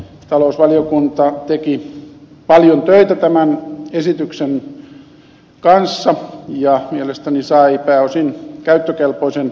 talousvaliokunta teki paljon töitä tämän esityksen kanssa ja mielestäni sai pääosin käyttökelpoisen lainsäädännön